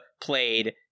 played –